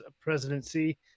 presidency